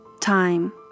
time